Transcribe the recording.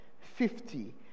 fifty